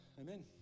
amen